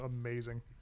amazing